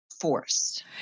force